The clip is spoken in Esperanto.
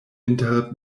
inter